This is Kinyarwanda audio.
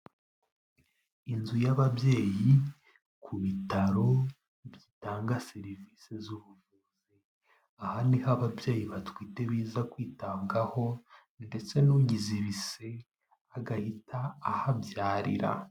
Inzu y'ababyeyi ku bitaro bitanga serivisi z'ubuvuzi. Aha niho ababyeyi batwite baza kwitabwaho ndetse n'ugize ibise agahita ahabyarira.